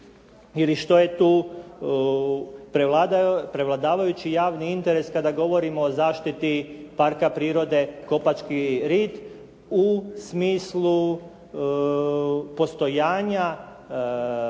ili što je tu prevladavajući javni interes kada govorimo o zaštiti Parka prirode "Kopački rit" u smislu postojanja